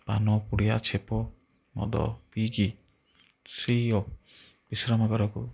ପାନ ପୁଡ଼ିଆ ଛେପ ମଦ ପିଇକି ସେଇ ଅପ ବିଶ୍ରାମଗାରକୁ